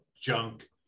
junk